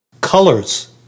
colors